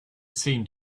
seemed